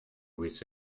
with